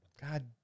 God